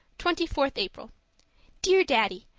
twenty fourth april dear daddy,